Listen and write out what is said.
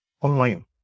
online